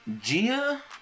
gia